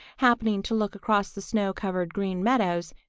happening to look across the snow-covered green meadows,